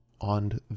on